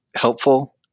helpful